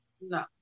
no